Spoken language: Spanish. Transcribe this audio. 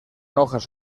hojas